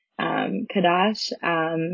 Kadash